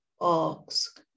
ask